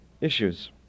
issues